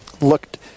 looked